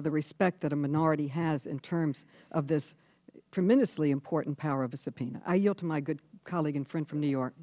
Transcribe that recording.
the respect that the minority has in terms of this tremendously important power of the subpoena i yield to my good colleague and friend from new york